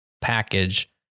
package